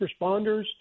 responders